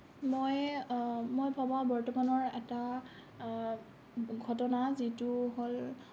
মই মই ভবা বৰ্তমানৰ এটা ঘটনা যিটো হ'ল